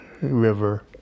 river